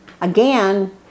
Again